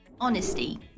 honesty